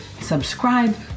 subscribe